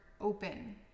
open